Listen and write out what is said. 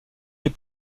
des